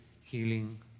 healing